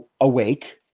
awake